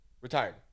Retired